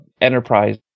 enterprise